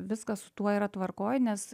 viskas su tuo yra tvarkoj nes